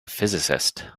physicist